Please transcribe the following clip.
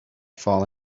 fall